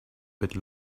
bit